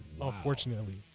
Unfortunately